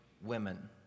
women